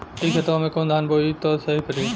ए खेतवा मे कवन धान बोइब त सही पड़ी?